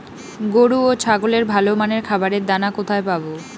গরু ও ছাগলের ভালো মানের খাবারের দানা কোথায় পাবো?